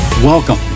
Welcome